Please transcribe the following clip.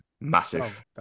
massive